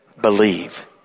believe